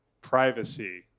privacy